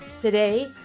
Today